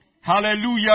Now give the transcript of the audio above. Hallelujah